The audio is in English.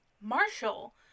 Marshall